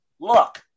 look